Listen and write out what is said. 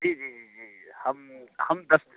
जी जी जी जी हम कस